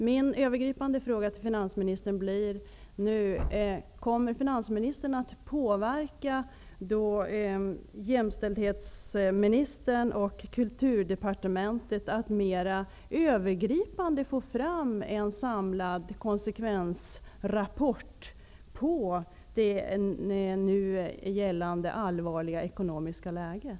Min övergripande fråga till finansministern blir nu: Kommer finansministern att påverka jämställdhetsministern och Kulturdepartementet att ta fram en samlad, övergripande konsekvensrapport om det nu gällande allvarliga ekonomiska läget?